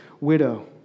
widow